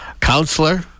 Counselor